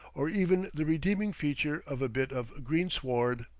or even the redeeming feature of a bit of greensward.